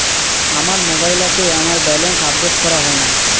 আমার মোবাইল অ্যাপে আমার ব্যালেন্স আপডেট করা হয় না